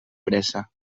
pressa